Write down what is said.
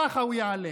כך הוא ייעלם.